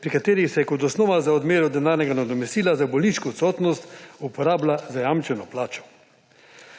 pri katerih se je kot osnova za odmero denarnega nadomestila za bolniško odsotnost uporabila zajamčena plača.